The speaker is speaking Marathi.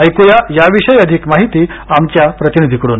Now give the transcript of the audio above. ऐक्या या विषयी अधिक माहिती आमच्या प्रतिनिधीकडून